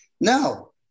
No